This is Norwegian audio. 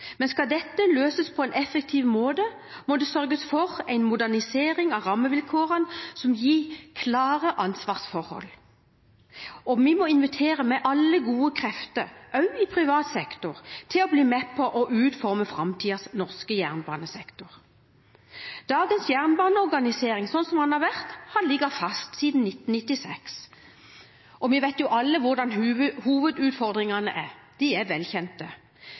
Men skal dette løses på en effektiv måte, må det sørges for en modernisering av rammevilkårene som gir klare ansvarsforhold. Vi må invitere alle gode krefter, også i privat sektor, til å bli med på å utforme framtidens norske jernbanesektor. Dagens jernbaneorganisering, slik den har vært, har ligget fast siden 1996, og vi vet jo alle hva hovedutfordringene er. De er velkjente: